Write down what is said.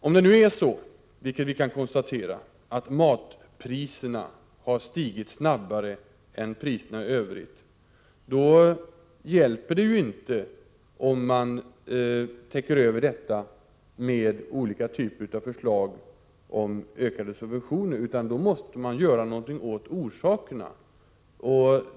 Om det nu är så — vilket vi kan konstatera — att matpriserna har stigit snabbare än priserna i övrigt, hjälper det ju inte om man försöker skyla över detta med olika förslag till ökade subventioner, utan då måste man göra någonting åt orsakerna.